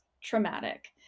traumatic